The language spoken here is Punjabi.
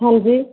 ਹਾਂਜੀ